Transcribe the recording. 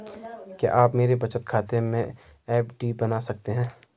क्या आप मेरे बचत खाते से एफ.डी बना सकते हो?